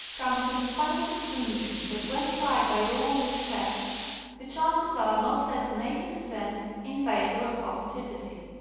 coming to the final conclusion that when tried by all these tests the chances are not less than eighty per cent, in favour of authenticity.